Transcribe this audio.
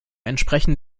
entsprechen